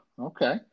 okay